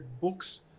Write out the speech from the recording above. books